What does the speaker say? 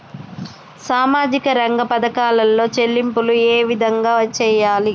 సామాజిక రంగ పథకాలలో చెల్లింపులు ఏ విధంగా చేయాలి?